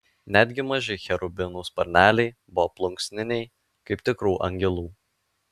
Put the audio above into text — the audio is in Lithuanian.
netgi maži cherubinų sparneliai buvo plunksniniai kaip tikrų angelų